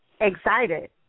excited